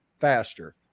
faster